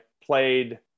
played